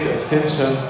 attention